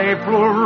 April